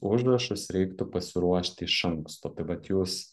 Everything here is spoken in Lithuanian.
užrašus reiktų pasiruošti iš anksto tai vat jūs